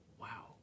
wow